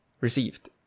received